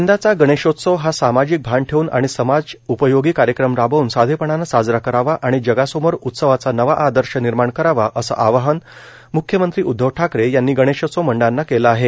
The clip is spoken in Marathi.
यंदाचा गणेशोत्सव हा सामाजिक भान ठेवून आणि समाज उपयोगी कार्यक्रम राबवून साधेपणानं साजरा करावा आणि जगासमोर उत्सवाचा नवा आदर्श निर्माण करावा असं आवाहन म्ख्यमंत्री उद्धव ठाकरे यांनी गणेशोत्सव मंडळांना केलं आहे